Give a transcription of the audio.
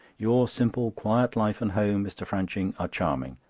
your simple, quiet life and home, mr. franching, are charming.